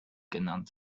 genannt